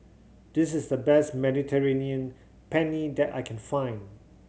this is the best Mediterranean Penne that I can find